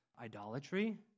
idolatry